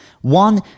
One